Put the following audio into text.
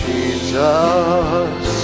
Jesus